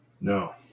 No